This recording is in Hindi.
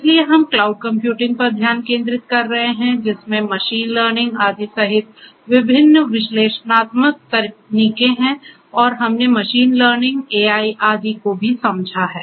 इसलिए हम क्लाउड कंप्यूटिंग पर ध्यान केंद्रित कर रहे हैं जिसमें मशीन लर्निंग आदि सहित विभिन्न विश्लेषणात्मक तकनीकें हैं और हमने मशीन लर्निंग एआई आदि को भी समझा है